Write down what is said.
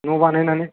ऩ' बानायनानै